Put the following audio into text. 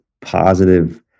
positive